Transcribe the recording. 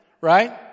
right